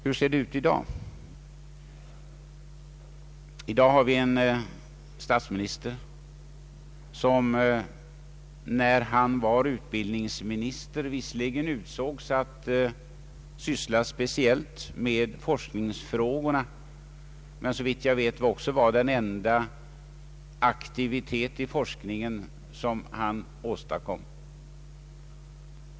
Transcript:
Hur ser det ut i dag? Jo, den nuvarande statsministern utsågs visserligen när han var utbildningsminister att syssla speciellt med de forskningspolitiska frågorna, men det var såvitt jag vet också den enda aktivitet inom forskningens område som åstadkoms.